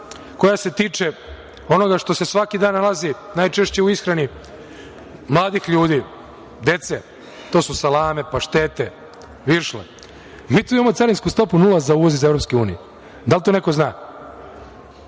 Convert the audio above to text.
koja se tiče onoga što se svaki dan nalazi najčešće u ishrani mladih ljudi, dece, to su salame, paštete, viršle. Mi tu imamo carinsku stopu nula za uvoz iz EU. Da li to neko zna?